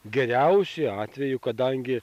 geriausiu atveju kadangi